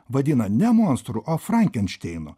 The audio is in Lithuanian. vadina ne monstru o frankenšteinu